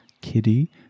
kitty